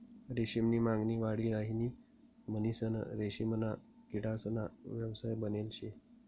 रेशीम नी मागणी वाढी राहिनी म्हणीसन रेशीमना किडासना व्यवसाय बनेल शे